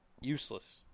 useless